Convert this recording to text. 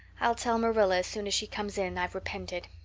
i'll tell marilla as soon as she comes in i've repented.